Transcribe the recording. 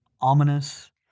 ominous